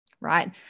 right